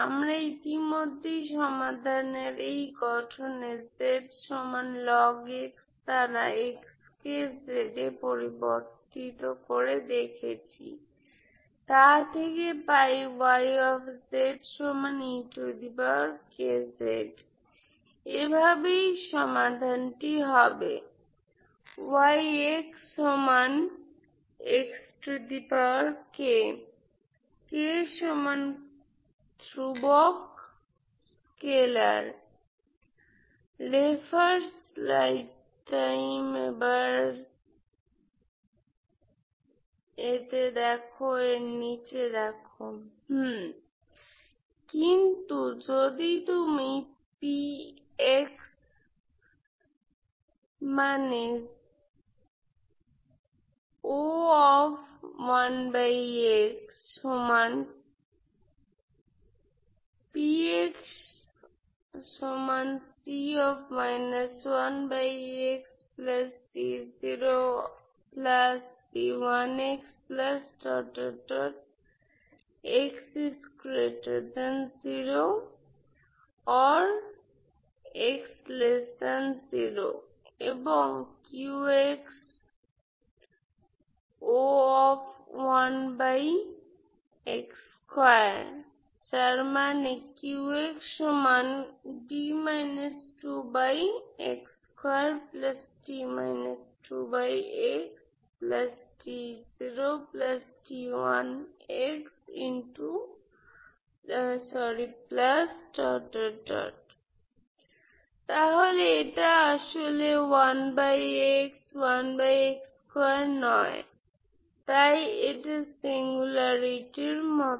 আমরা ইতিমধ্যেই সমাধানের এই গঠনে দ্বারা x কে z এ পরিবর্তিত করে দেখেছি তা থেকে পাই এভাবেই সমাধানটি হবে ধ্রুবক স্কেলার কিন্তু যদি তুমি তাহলে এটা আসলে নয় তাই এটা সিঙ্গুলারিটির মত